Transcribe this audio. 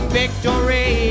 victory